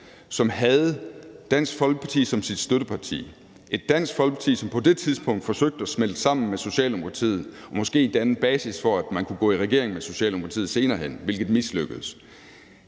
som havde Dansk Folkeparti som sit støtteparti – et Dansk Folkeparti, som på det tidspunkt forsøgte at smelte sammen med Socialdemokratiet og måske danne basis for, at man kunne gå i regering med Socialdemokratiet senere hen, hvilket mislykkedes